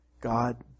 God